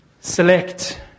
select